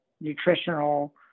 nutritional